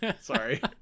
sorry